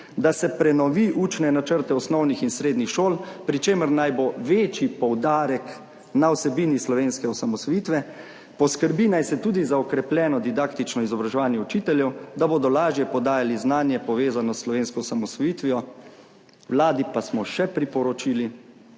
da se prenovi učne načrte osnovnih in srednjih šol, pri čemer naj bo večji poudarek na vsebini slovenske osamosvojitve. Poskrbi naj se tudi za okrepljeno didaktično izobraževanje učiteljev, da bodo lažje podajali znanje, povezano s slovensko osamosvojitvijo. Vladi pa smo še priporočili,